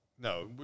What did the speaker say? No